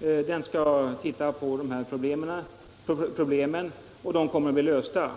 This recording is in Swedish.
är tillsatt och den skall titta på de här problemen — de kommer att bli lösta.